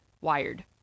wired